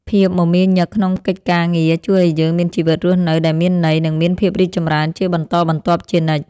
ភាពមមាញឹកក្នុងកិច្ចការងារជួយឱ្យយើងមានជីវិតរស់នៅដែលមានន័យ និងមានភាពរីកចម្រើនជាបន្តបន្ទាប់ជានិច្ច។